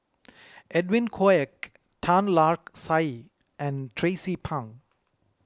Edwin Koek Tan Lark Sye and Tracie Pang